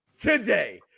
today